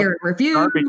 review